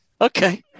Okay